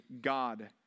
God